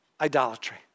idolatry